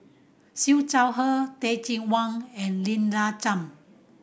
Siew Shaw Her Teh Cheang Wan and Lina Chiam